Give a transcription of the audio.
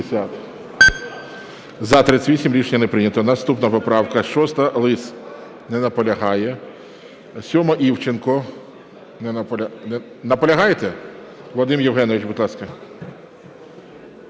За-38 Рішення не прийнято. Наступна поправка 6-а, Лис. Не наполягає. 7-а, Івченко. Наполягаєте? Вадим Євгенович, будь ласка.